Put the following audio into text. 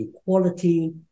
equality